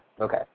Okay